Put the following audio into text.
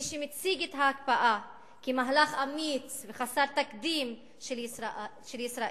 מי שמציג את ההקפאה כמהלך אמיץ וחסר תקדים של ישראל,